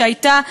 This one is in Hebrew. שהייתה,